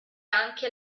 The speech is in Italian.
anche